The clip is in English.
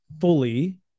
fully